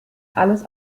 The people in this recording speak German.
alles